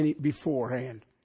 beforehand